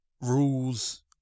rules